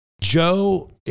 Joe